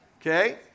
Okay